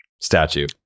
statue